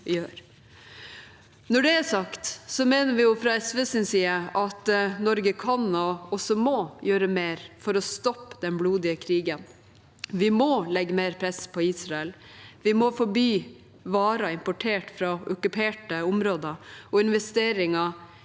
Når det er sagt, mener vi jo fra SVs side at Norge kan og også må gjøre mer for å stoppe den blodige krigen. Vi må legge mer press på Israel, vi må forby varer importert fra okkuperte områder og investeringer